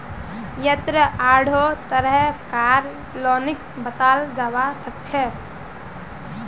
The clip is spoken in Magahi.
यन्ने आढ़ो तरह कार लोनक बताल जाबा सखछे